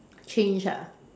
change ah